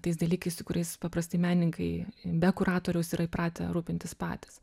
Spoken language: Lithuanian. tais dalykais su kuriais paprastai menininkai be kuratoriaus yra įpratę rūpintis patys